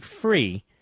free